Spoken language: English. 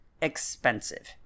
expensive